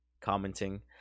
commenting